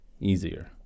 easier